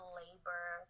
labor